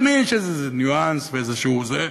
תמיד יש איזה ניואנס ואיזה זה.